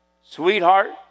Sweetheart